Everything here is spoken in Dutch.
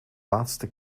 laatste